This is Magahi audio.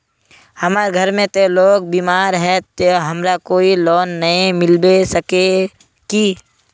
हमर घर में ते लोग बीमार है ते हमरा कोई लोन नय मिलबे सके है की?